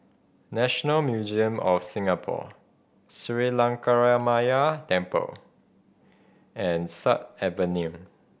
National Museum of Singapore Sri Lankaramaya Temple and Sut Avenue